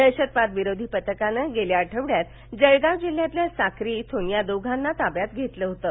दहशतवाद विरोधी पथकानं गेल्या आठवड्यात जळगाव जिल्ह्यातल्या साक्री इथून या दोघांना ताब्यात घेतलं होतं